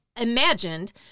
imagined